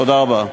תודה רבה.